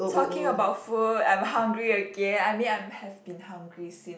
talking about food I am hungry again I mean I am have been hungry since